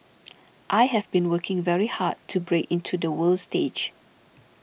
I have been working very hard to break into the world stage